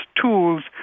tools